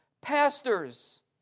pastors